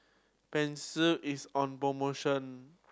pansy is on promotion